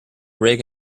rig